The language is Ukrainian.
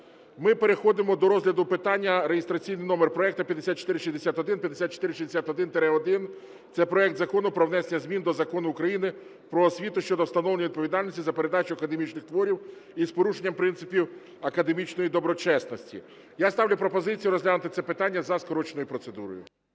Ми переходимо до розгляду питання реєстраційний номер проекту 5461, 5461-1. Це проект Закону про внесення змін до Закону України “Про освіту” щодо встановлення відповідальності за передачу академічних творів із порушенням принципів академічної доброчесності. Я ставлю пропозицію розглянути це питання за скороченою процедурою.